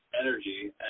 energy